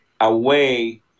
away